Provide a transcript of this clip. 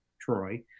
Troy